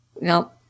No